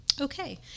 okay